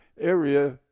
area